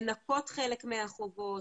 לנפות חלק מהחובות,